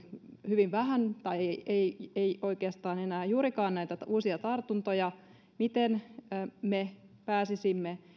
hyvin vähän tai ei oikeastaan enää juurikaan näitä uusia tartuntoja miten me pääsisimme